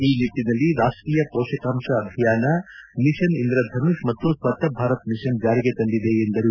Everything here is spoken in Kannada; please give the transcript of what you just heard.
ಈ ನಿಟ್ಟನಲ್ಲಿ ರಾಷ್ಟೀಯ ಪೋಷಕಾಂಶ ಅಭಿಯಾನ ಮಿಷನ್ ಇಂದ್ರಧನುಷ್ ಮತ್ತು ಸ್ವಜ್ಞ ಭಾರತ್ ಮಿಷನ್ ಜಾರಿಗೆ ತಂದಿದೆ ಎಂದರು